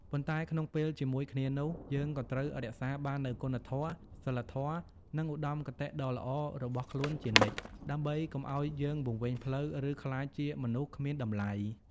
ប៉ុន្តែក្នុងពេលជាមួយគ្នានោះ យើងក៏ត្រូវរក្សាបាននូវគុណធម៌ សីលធម៌ និងឧត្តមគតិដ៏ល្អរបស់ខ្លួនជានិច្ច ដើម្បីកុំឱ្យយើងវង្វេងផ្លូវ ឬក្លាយជាមនុស្សគ្មានតម្លៃ។